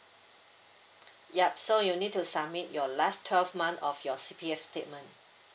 yup so you need to submit your last twelve month of your C_P_F statement